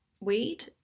weed